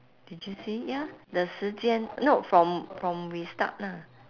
did you see ya the 时间：shi jian no from from we start ah